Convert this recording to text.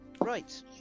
Right